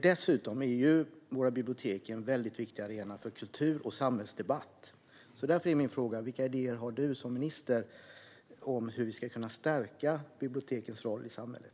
Dessutom är våra bibliotek en väldigt viktig arena för kultur och samhällsdebatt. Därför är min fråga: Vilka idéer har du som minister om hur vi ska kunna stärka bibliotekens roll i samhället?